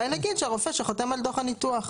אז אולי נגיד שהרופא שחותם על דוח הניתוח.